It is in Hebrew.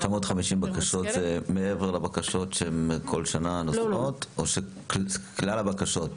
950 בקשות זה מעבר לבקשות שהן כל שנה נוספות או כלל הבקשות?